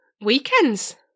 weekends